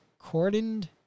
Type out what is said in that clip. cordoned